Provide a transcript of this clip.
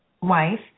wife